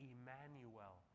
Emmanuel